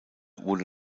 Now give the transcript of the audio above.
wurde